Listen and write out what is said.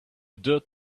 dirt